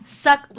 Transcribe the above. suck